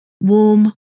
warm